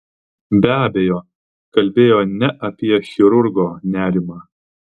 be abejo kalbėjo ne apie chirurgo nerimą